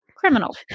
criminal